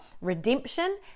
redemption